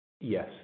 Yes